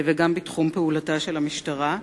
וגם בתחום פעולתה של המשטרה.